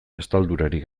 estaldurarik